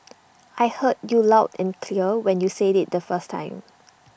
I heard you loud and clear when you said IT the first time